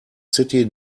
city